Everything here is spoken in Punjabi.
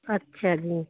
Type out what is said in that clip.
ਅੱਛਾ ਜੀ